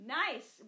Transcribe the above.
nice